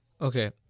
Okay